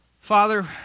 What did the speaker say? Father